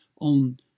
on